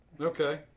Okay